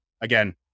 Again